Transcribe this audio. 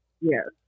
Yes